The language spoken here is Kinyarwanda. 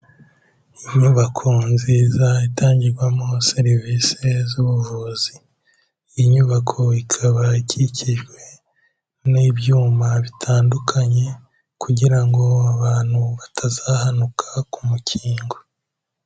Inyubako nziza itangirwamo serivisi z'ubuvuzi, inyubako ikaba ikikijwe n'ibyuma bitandukanye, kugira ngo abantu batazahanuka ku mukingo.